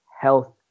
health